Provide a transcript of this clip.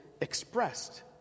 expressed